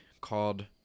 called